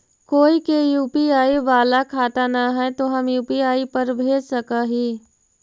कोय के यु.पी.आई बाला खाता न है तो हम यु.पी.आई पर भेज सक ही?